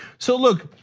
so look,